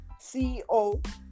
CEO